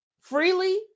freely